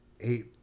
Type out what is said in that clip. eight